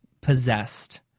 possessed